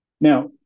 Now